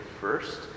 first